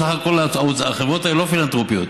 סך הכול החברות האלה לא פילנתרופיות,